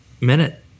minute